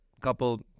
couple